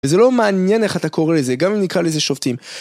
וזה לא מעניין איך אתה קורא לזה, גם אם נקרא לזה שופטים.